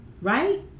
right